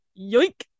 yoink